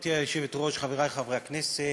גברתי היושבת-ראש, חברי חברי הכנסת,